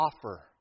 offer